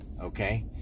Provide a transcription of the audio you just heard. okay